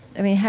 i mean,